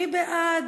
מי בעד